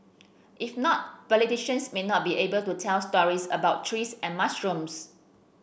if not politicians may not be able to tell stories about trees and mushrooms